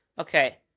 Okay